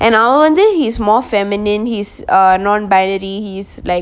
and அவன் வந்து:avan vanthu he's more feminine he's uh non-binary he's like